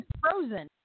frozen